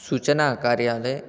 सूचनाकार्यालये